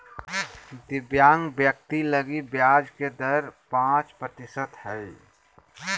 दिव्यांग व्यक्ति लगी ब्याज के दर पांच प्रतिशत हइ